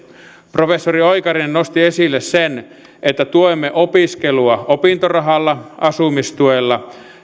professori oikarinen nosti esille sen että tuemme opiskelua opintorahalla asumistuella